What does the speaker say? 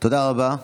תודה רבה,